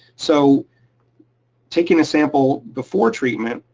so taking a sample before treatment,